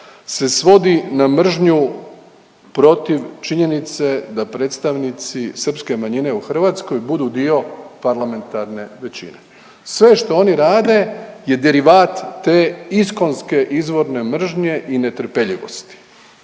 se svodi na mržnju protiv činjenice da predstavnici srpske manjine u Hrvatskoj budu dio parlamentarne većine. Sve što oni rade je derivat te iskonske izvorne mržnje i netrpeljivosti